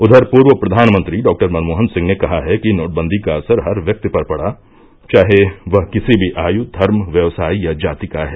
उधर पूर्व प्रधानमंत्री डॉक्टर मनमोहन सिंह ने कहा है कि नोटबंदी का असर हर व्यक्ति पर पड़ा चाहे वह किसी भी आयु धर्म व्यवसाय या जाति का है